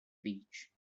beach